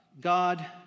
God